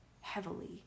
heavily